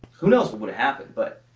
who knows what would've happened, but.